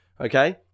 Okay